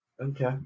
Okay